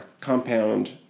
compound